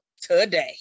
today